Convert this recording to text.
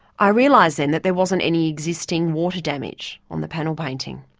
i realised then that there wasn't any existing water damage on the panel painting.